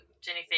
jenny